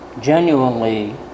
genuinely